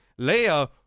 Leia